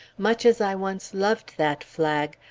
much as i once loved that flag,